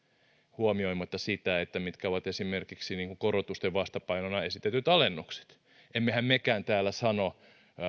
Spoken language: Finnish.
huomioimatta sitä mitkä ovat esimerkiksi korotusten vastapainona esitetyt alennukset emmehän mekään täällä sano